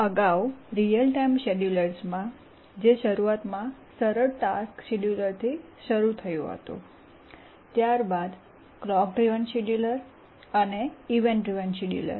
અગાઉ real time શેડ્યુલર્સમાં જે શરૂઆતમાં સરળ ટાસ્ક શેડ્યુલરથી શરૂ થયું હતું ત્યારબાદ ક્લોક ડ્રિવન શિડ્યુલર અને ઇવેન્ટ ડ્રિવન શિડ્યુલર